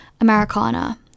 Americana